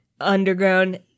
underground